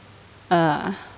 ah